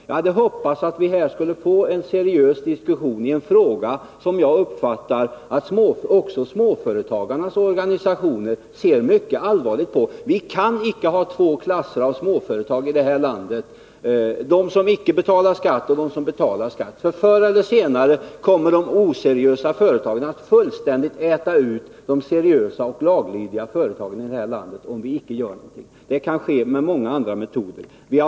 Jag hade hoppats att vi här skulle få en seriös debatt i en fråga som såvitt jag uppfattat också småföretagarnas organisationer ser mycket allvarligt på. Vi kan icke ha två kategorier av småföretag i vårt land: de som icke betalar skatt och de som betalar skatt. Förr eller senare kommer de oseriösa företagen att fullständigt äta ut de seriösa och laglydiga företagen i vårt land, om vi icke gör något mot detta. Det kan ske med många andra metoder än de här aktuella.